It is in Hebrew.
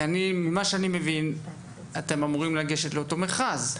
כי ממה שאני מבין אתם אמורים לגשת לאותו מכרז.